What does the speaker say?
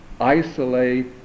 isolate